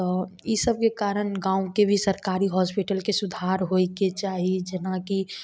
तऽ ई सबके कारण गाँवके भी सरकारी हॉस्पिटलके सुधार होइके चाही जेनाकि